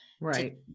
right